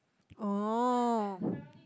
oh